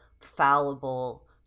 fallible